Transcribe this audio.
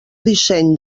disseny